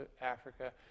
Africa